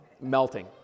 melting